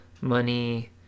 money